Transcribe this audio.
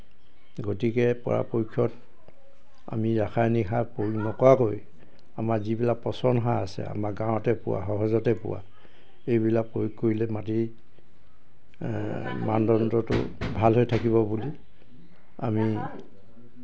গতিকে পৰাপক্ষত আমি ৰাসায়নিক সাৰ প্ৰয়োগ নকৰাকৈ আমাৰ যিবিলাক পচনসাৰ আছে আমাৰ গাঁৱতে পোৱা সহজতে পোৱা এইবিলাক প্ৰয়োগ কৰিলে মাটি মানদণ্ডটো ভাল হৈ থাকিব বুলি আমি